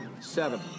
seven